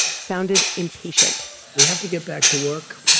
sounded impatient we have to get back to work.